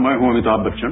मैं हूं अमिताय बच्चन